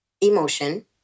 emotion